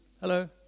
hello